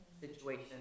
situation